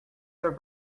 for